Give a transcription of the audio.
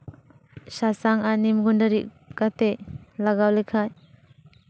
ᱥᱟᱥᱟᱝ ᱟᱨ ᱱᱤᱢ ᱜᱩᱸᱰᱟᱹ ᱨᱤᱫ ᱠᱟᱛᱮᱜ ᱞᱟᱜᱟᱣ ᱞᱮᱠᱷᱟᱱ